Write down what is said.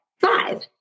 five